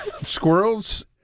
squirrels